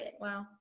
Wow